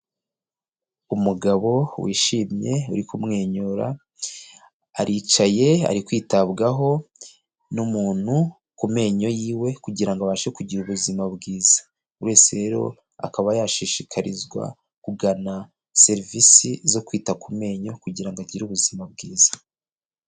Umugabo wishimye uri kumwenyura, aricaye ari kwitabwaho n'umuntu ku menyo yiwe kugira abashe kugira ubuzima bwiza, buri wese rero akaba yashishikarizwa kugana serivisi zo kwita ku menyo kugira agire ubuzima bwiza.